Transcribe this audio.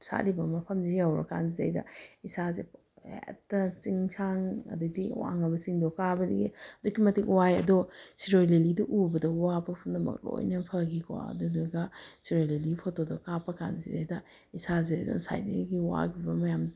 ꯁꯥꯠꯂꯤꯕ ꯃꯐꯝꯁꯦ ꯌꯧꯔꯀꯥꯟꯁꯤꯗꯩꯗ ꯏꯁꯥꯁꯦ ꯍꯦꯠꯇ ꯆꯤꯡꯁꯥꯡ ꯑꯗꯩꯗꯤ ꯋꯥꯡꯉꯕ ꯆꯤꯡꯗꯣ ꯀꯥꯕꯗꯒꯤ ꯑꯗꯨꯛꯀꯤ ꯃꯇꯤꯛ ꯋꯥꯏ ꯑꯗꯣ ꯁꯤꯔꯣꯏ ꯂꯤꯂꯤꯗꯣ ꯎꯕꯗ ꯋꯥꯕ ꯄꯨꯝꯅꯃꯛ ꯂꯣꯏꯅ ꯐꯈꯤꯀꯣ ꯑꯗꯨꯗꯨꯒ ꯁꯤꯔꯣꯏ ꯂꯤꯂꯤ ꯐꯣꯇꯣꯗꯣ ꯀꯥꯞꯄ ꯀꯥꯟꯁꯤꯗꯩꯗ ꯏꯁꯥꯁꯦ ꯉꯁꯥꯏꯗꯒꯤ ꯋꯥꯈꯤꯕ ꯃꯌꯥꯝ